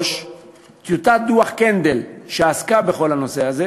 3. טיוטת דוח קנדל, שעסקה בכל הנושא הזה,